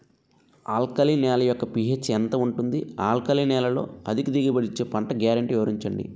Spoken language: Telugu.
ఆల్కలి నేల యెక్క పీ.హెచ్ ఎంత ఉంటుంది? ఆల్కలి నేలలో అధిక దిగుబడి ఇచ్చే పంట గ్యారంటీ వివరించండి?